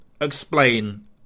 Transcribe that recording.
explain